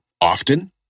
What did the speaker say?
often